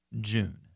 June